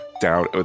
down